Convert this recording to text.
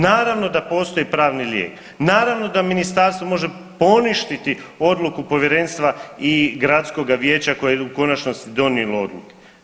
Naravno da postoji pravni lijek, naravno da ministarstvo može poništiti odluku povjerenstva i gradskoga vijeća koje je u konačnosti donijelo odluke.